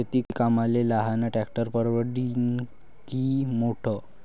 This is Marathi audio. शेती कामाले लहान ट्रॅक्टर परवडीनं की मोठं?